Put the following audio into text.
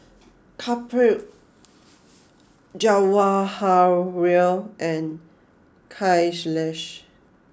Kapil Jawaharlal and Kailash